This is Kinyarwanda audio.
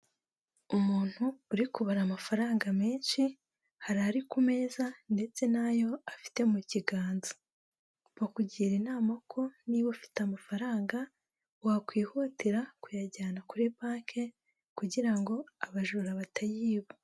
Umuntu uri kubara amafaranga menshi, hari ari ku meza ndetse n'ayo afite mu kiganza. Bakugira inama ko niba ufite amafaranga, wakwihutira kuyajyana kuri banki kugira ngo abajura batayiba.